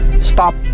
Stop